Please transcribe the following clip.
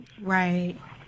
Right